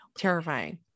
terrifying